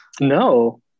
No